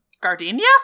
Gardenia